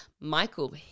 Michael